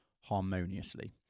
harmoniously